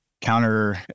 counter